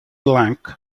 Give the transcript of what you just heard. blanc